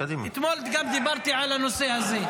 גם אתמול דיברתי על הנושא הזה.